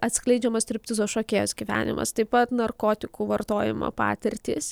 atskleidžiamas striptizo šokėjos gyvenimas taip pat narkotikų vartojimo patirtys